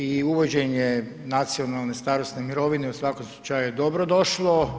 I uvođenje nacionalne starosne mirovine u svakom slučaju je dobrodošlo.